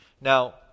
Now